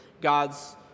God's